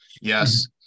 Yes